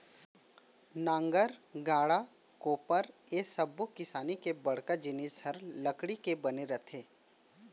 नांगर, गाड़ा, कोपर ए सब्बो किसानी के बड़का जिनिस हर लकड़ी के बने रथे